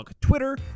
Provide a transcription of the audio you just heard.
Twitter